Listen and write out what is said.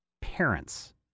parents